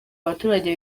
abaturage